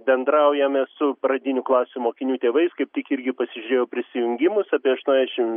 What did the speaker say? bendraujame su pradinių klasių mokinių tėvais kaip tik irgi pasižiūrėjau prisijungimus apie aštuoniašim